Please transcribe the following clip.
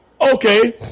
Okay